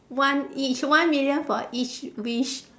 one each one million for each wish